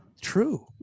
true